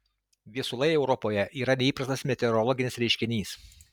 viesulai europoje yra neįprastas meteorologinis reiškinys